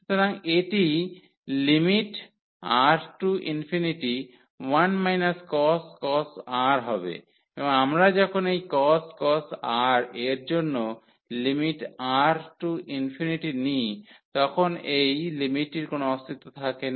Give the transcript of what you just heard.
সুতরাং এটি lim⁡R→∞1 cos R হবে এবং আমরা যখন এই cos R এর জন্য lim⁡R→∞ নিই তখন এই লিমিটটির কোন অস্তিত্ব থাকে না